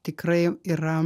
tikrai yra